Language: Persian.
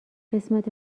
قسمت